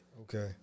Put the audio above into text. Okay